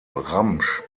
ramsch